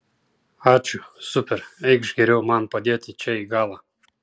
ačiū super eikš geriau man padėti čia į galą